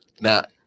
now